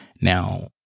now